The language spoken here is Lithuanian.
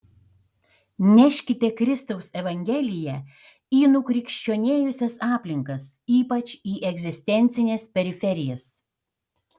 neškite kristaus evangeliją į nukrikščionėjusias aplinkas ypač į egzistencines periferijas